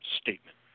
statement